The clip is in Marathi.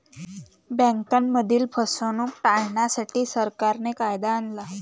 बँकांमधील फसवणूक टाळण्यासाठी, सरकारने कायदा आणला